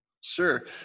Sure